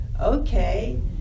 okay